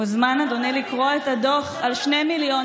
מוזמן אדוני לקרוא את הדוח על 2 מיליון